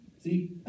See